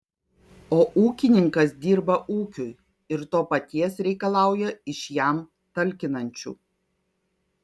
o ūkininkas dirba ūkiui ir to paties reikalauja iš jam talkinančių